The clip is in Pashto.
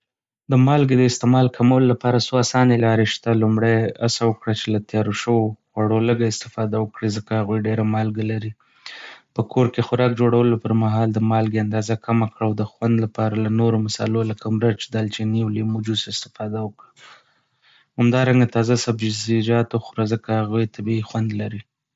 د مالګې د استعمال کمولو لپاره څو اسانه لارې شته. لومړی، هڅه وکړه چې له تیار شویو خوړو لږه استفاده وکړې ځکه هغوی ډېره مالګه لري. په کور کې خوراک جوړولو پر مهال د مالګې اندازه کمه کړه او د خوند لپاره له نورو مصالحو لکه مرچ، دالچينې، او ليمو جوس استفاده وکړه. همدارنګه، تازه سبزيجات وخوره ځکه هغوی طبیعي خوند لري.